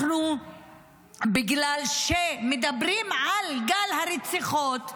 בגלל שמדברים על גל הרציחות,